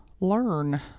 learn